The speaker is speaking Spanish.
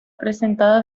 presentada